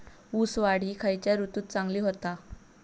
ऊस वाढ ही खयच्या ऋतूत चांगली होता?